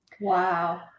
Wow